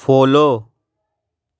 follow